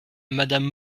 madame